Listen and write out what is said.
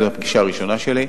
זו היתה הפגישה הראשונה שלי.